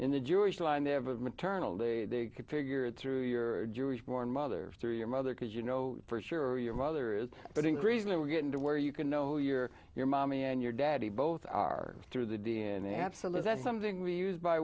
in the jewish law and they have a maternal they could figure it through your jewish born mother through your mother because you know for sure your mother is but increasingly we're getting to where you can know your your mommy and your daddy both are through the d n a absolute that's something we used by